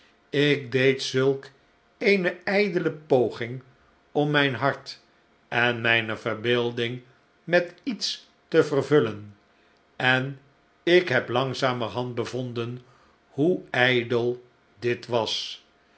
ik deed zulk eene ijdele poging om mijn hart en mijne verbeelding met iets te vervullen en ik heb langzamerhand bevonden hoe ijdel dit was